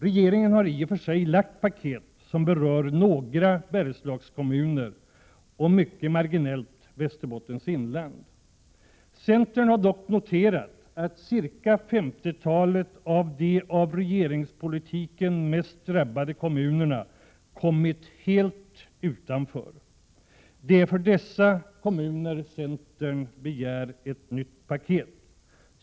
Regeringen har i och för sig lagt fram paket som berör några Bergslagskommuner och mycket marginellt Västerbottens inland. Centern har dock noterat att cirka femtiotalet av de av regeringspolitiken mest drabbade 17 Prot. 1987/88:127 kommunerna har kommit helt utanför. Det är för dessa kommuner som centern begär ett nytt paket.